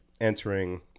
entering